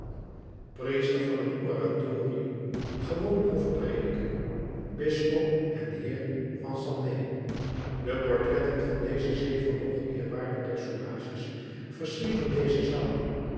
priester van het oratorium gewoon hofprediker bisschop en heer van senez de portretten van deze zeven hoogeerwaarde personages versierden deze zaal